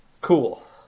cool